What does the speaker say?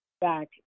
back